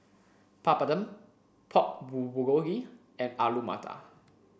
Papadum Pork Bulgogi and Alu Matar